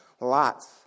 lots